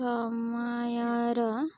ସମୟର